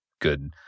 good